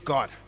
God